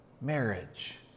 marriage